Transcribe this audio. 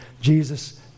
Jesus